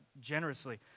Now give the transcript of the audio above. generously